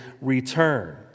return